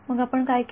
मग आपण काय केले